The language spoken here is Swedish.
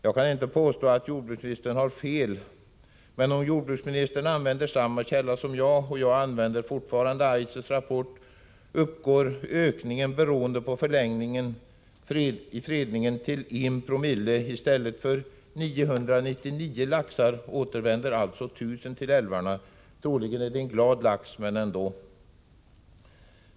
Jag kan inte påstå att jordbruksministern har fel, men om jordbruksministern använder samma källa som jag — och jag använder fortfarande ICES rapport — uppgår ökningen beroende på förlängd fredningstid till 1 Zee. I stället för 999 laxar återvänder 1000 till älvarna. Troligen är det en glad lax som återvänder, men effekten är ändå inte stor.